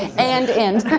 and end.